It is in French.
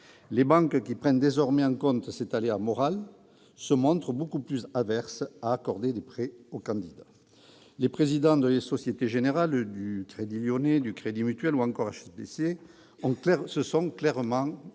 les banques, qui prennent désormais en compte cet aléa moral, se montrent beaucoup plus réticentes à accorder des prêts aux candidats. Les présidents de la Société Générale, de LCL, du Crédit mutuel ou encore de HSBC se sont clairement positionnés